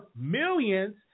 millions